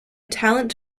talent